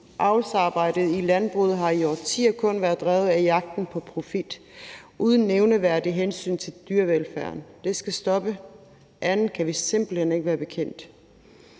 Avlsarbejdet i landbruget har i årtier kun været drevet af jagten på profit uden nævneværdigt hensyn til dyrevelfærden. Det skal stoppe. Andet kan vi simpelt hen ikke være bekendt.